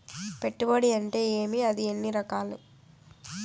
పెట్టుబడి అంటే ఏమి అది ఎన్ని రకాలు